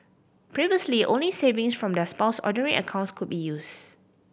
previously only savings from their Spouse's Ordinary accounts could be used